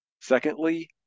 Secondly